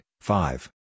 five